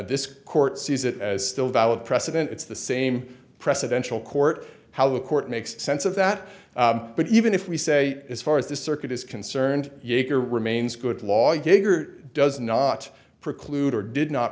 this court sees it as still valid precedent it's the same precedential court how the court makes sense of that but even if we say as far as the circuit is concerned yeager remains good lawyer does not preclude or did not